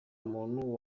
muntu